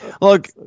Look